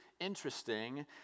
interesting